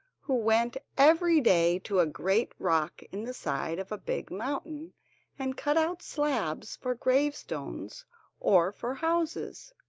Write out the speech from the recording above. who went every day to a great rock in the side of a big mountain and cut out slabs for gravestones or for houses.